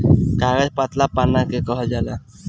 कागज पतला पन्ना के कहल जाला